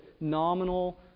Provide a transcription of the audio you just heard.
nominal